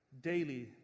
daily